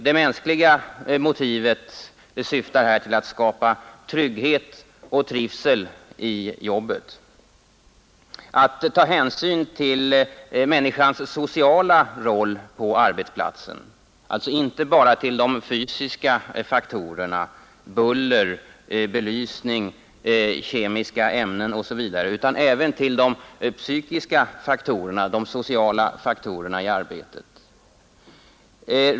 Det mänskliga motivet syftar här till att skapa trygghet och trivsel i jobbet, att ta hänsyn till människans sociala roll på arbetsplatsen, alltså inte bara till de fysiska faktorerna, buller, belysning, kemiska ämnen osv. utan även till de psykiska faktorerna, de sociala faktorerna i arbetet.